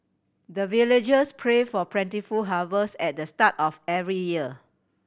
the villagers pray for plentiful harvest at the start of every year